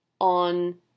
on